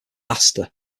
astor